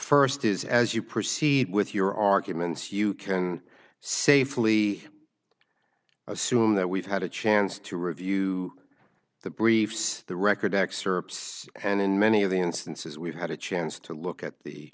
first is as you proceed with your arguments you can safely assume that we've had a chance to review the briefs the record excerpts and in many of the instances we've had a chance to look at the